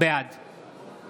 בעד